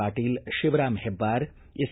Patil Shivaram Hebbar S